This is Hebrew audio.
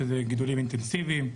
שזה גידולים אינטנסיביים,